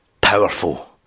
Powerful